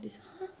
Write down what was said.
this !huh!